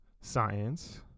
science